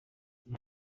ati